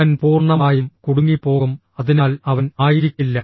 അവൻ പൂർണ്ണമായും കുടുങ്ങിപ്പോകും അതിനാൽ അവൻ ആയിരിക്കില്ല